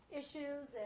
issues